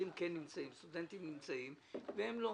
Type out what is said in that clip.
כשהסטודנטים נמצאים והם לא.